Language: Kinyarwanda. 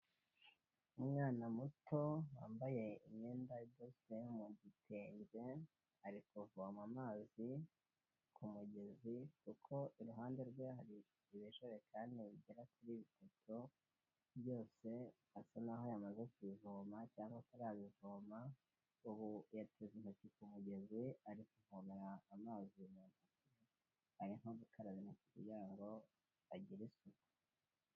Umwana muto wambaye imyenda idoze mu gitenge, ari kuvoma amazi ku mugezi kuko iruhande rwe hari ibijerekani bigera kuri bitatu byose asa n'aho yamaze kubivoma cyangwa atarabivoma, ubu yateze intoki ku mugezi ari kuvomera amazi mu ntoki, arimo gukaraba intoki kugira ngo agire isuku.